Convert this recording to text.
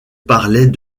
parlait